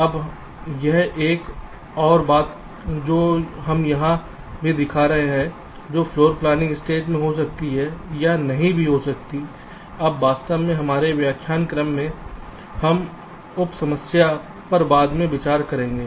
अब यह एक और बात जो हम यहां भी दिखा रहे हैं जो फ्लोर प्लानिंग स्टेज में हो सकती है या नहीं भी हो सकती है अब वास्तव में हमारे व्याख्यान क्रम में हम उप समस्या पर बाद में विचार करेंगे